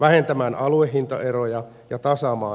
vähentämään aluehintaeroja ja tasaamaan kilpailuasetelmaa